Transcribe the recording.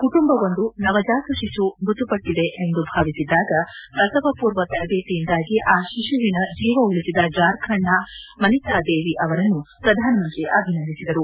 ಕುಟುಂಬವೊಂದು ನವಜಾತ ಶಿಶು ಮೃತಪಟ್ಟಿದೆ ಎಂದು ಭಾವಿಸಿದ್ದಾಗ ಪ್ರಸವಪೂರ್ವ ತರಬೇತಿಯಿಂದಾಗಿ ಆ ಶಿಶುವಿನ ಜೀವ ಉಳಿಸಿದ ಜಾರ್ಖಂಡ್ನ ಮನಿತಾ ದೇವಿ ಅವರನ್ನು ಪ್ರಧಾನಮಂತ್ರಿ ಅಭಿನಂದಿಸಿದರು